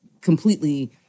completely